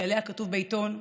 שעליה כתוב בעיתון,